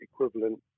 equivalent